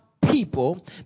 people